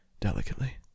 delicately